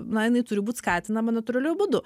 na jinai turi būt skatinama natūraliu būdu